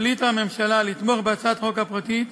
החליטה הממשלה לתמוך בהצעת החוק הפרטית,